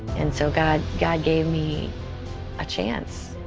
and so god god gave me a chance.